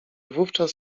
wówczas